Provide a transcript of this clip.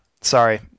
sorry